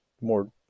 more